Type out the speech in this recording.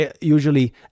usually